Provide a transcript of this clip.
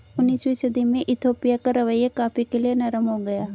उन्नीसवीं सदी में इथोपिया का रवैया कॉफ़ी के लिए नरम हो गया